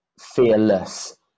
fearless